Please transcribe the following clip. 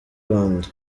rwanda